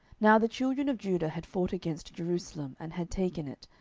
now the children of judah had fought against jerusalem, and had taken it,